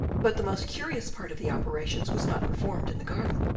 but the most curious part of the operations was not performed in the garden.